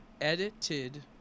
Edited